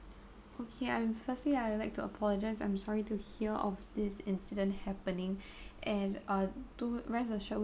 okay I'm firstly I'd like to apologize I'm sorry to hear of this incident happening and uh do rest assured we will look in